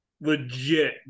legit